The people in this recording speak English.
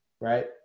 right